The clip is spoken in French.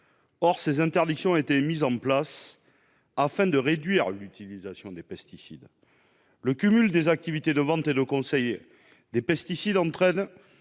Or ces interdictions avaient été instaurées pour réduire l'utilisation des pesticides. Le cumul des activités de vente et de conseil pour les pesticides entraîne